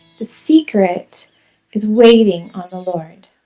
the secret is waiting on the lord.